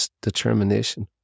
determination